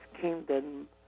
kingdom